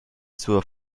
zur